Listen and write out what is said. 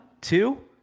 two